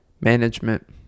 Management